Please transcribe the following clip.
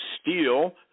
steel